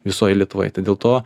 visoj lietuvoj tai dėl to